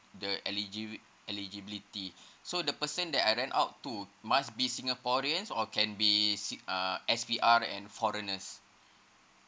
the eligibi~ eligibility so the person that I rent out to must be singaporeans or can be s~ uh S_P_R and foreigners